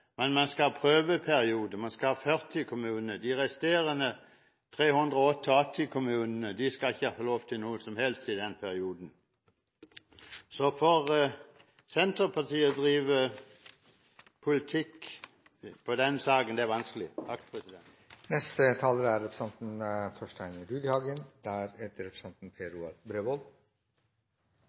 men man skal ha prøveperiode. Man skal ha 40 kommuner. De resterende 388 kommunene skal ikke få lov til noe som helst i denne perioden. Så for Senterpartiet å drive politikk på denne saken er vanskelig.